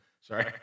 Sorry